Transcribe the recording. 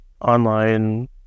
online